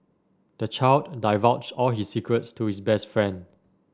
the child divulged all his secrets to his best friend